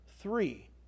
three